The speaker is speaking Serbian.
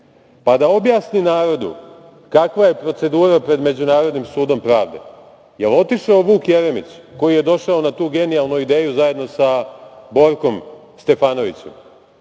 pa da objasni narodu kakva je procedura pred Međunarodnim sudom pravde. Da li je otišao Vuk Jeremić, koji je došao na tu genijalnu ideju zajedno sa Borkom Stefanovićem,